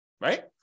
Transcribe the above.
right